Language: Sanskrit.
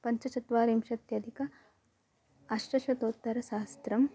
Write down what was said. पञ्चचत्वारिंशत्यधिक अष्टशतोत्तरसहस्त्रं